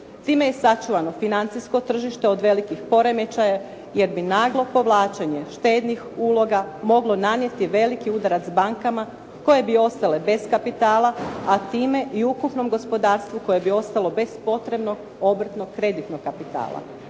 Time je sačuvano financijsko tržište od velikih poremećaja, jer bi naglo povlačenje štednih uloga moglo nanijeti veliki udarac bankama koje bi ostale bez kapitala, a time i ukupnom gospodarstvu koje bi ostalo bez potrebnog obrtnog kreditnog kapitala.